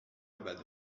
abad